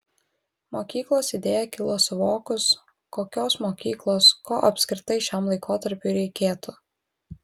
mokyklos idėja kilo suvokus kokios mokyklos ko apskritai šiam laikotarpiui reikėtų